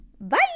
Bye